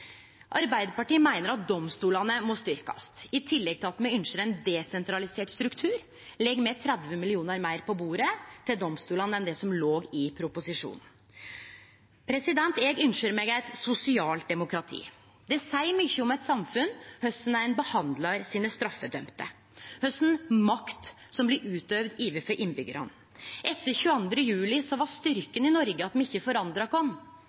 Arbeidarpartiet meiner at domstolane må styrkjast. I tillegg til at me ynskjer ein desentralisert struktur, legg me 30 mill. kr meir på bordet til domstolane enn det som låg i proposisjonen. Eg ynskjer meg eit sosialt demokrati. Det seier mykje om eit samfunn korleis ein behandlar sine straffedømde, kva for makt som blir utøvd overfor innbyggjarane. Etter 22. juli var styrken i Noreg at me ikkje forandra